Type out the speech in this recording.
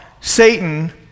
Satan